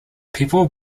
people